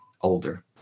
older